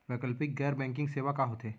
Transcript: वैकल्पिक गैर बैंकिंग सेवा का होथे?